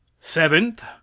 Seventh